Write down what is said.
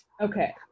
Okay